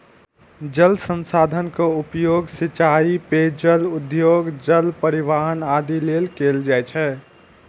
जल संसाधन के उपयोग सिंचाइ, पेयजल, उद्योग, जल परिवहन आदि लेल कैल जाइ छै